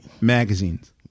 magazines